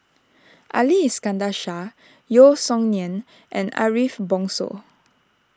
Ali Iskandar Shah Yeo Song Nian and Ariff Bongso